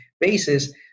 basis